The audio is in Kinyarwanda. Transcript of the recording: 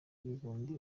ibihumbi